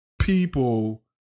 people